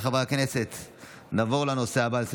חבר הכנסת רון כץ